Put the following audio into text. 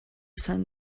sun